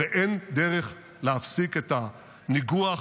הרי אין דרך להפסיק את הניגוח,